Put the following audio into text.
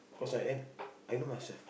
cause I am I know myself